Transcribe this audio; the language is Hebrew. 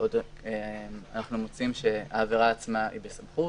אנחנו מוצאים שהעבירה עצמה היא בסמכות,